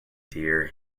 dear